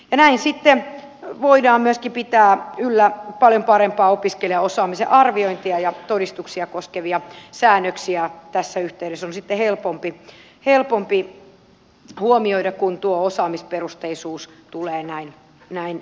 näin sitten voidaan myöskin pitää yllä paljon parempaa opiskelijaosaamisen arviointia ja todistuksia koskevia säännöksiä tässä yhteydessä on sitten helpompi huomioida kun tuo osaamisperusteisuus tulee näin esiin